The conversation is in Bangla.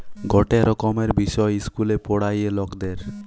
গটে রকমের বিষয় ইস্কুলে পোড়ায়ে লকদের